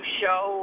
show